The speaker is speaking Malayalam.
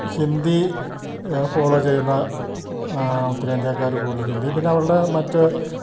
ഹിന്ദി ഫോളോ ചെയ്യുന്ന ഉത്തരേന്ത്യക്കാർ കൂടുതൽ ഹിന്ദി പിന്നെ അവരുടെ മറ്റ്